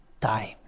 time